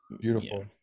Beautiful